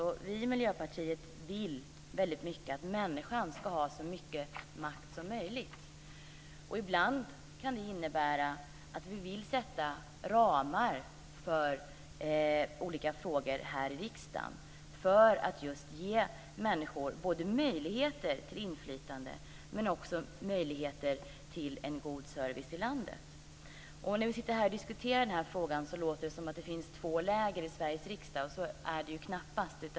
Vi i Miljöpartiet vill väldigt mycket att människan ska ha så mycket makt som möjligt. Ibland kan det innebära att vi vill sätta ramar för olika frågor här i riksdagen för att just ge människor både möjligheter till inflytande men också möjligheter till en god service i landet. När vi diskuterar den här frågan här så låter det som att det finns två läger i Sveriges riksdag. Men så är det knappast.